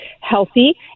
healthy